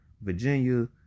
virginia